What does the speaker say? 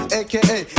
aka